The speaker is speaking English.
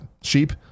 sheep